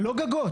לא גגות.